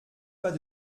pas